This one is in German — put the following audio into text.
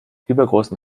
übergroßem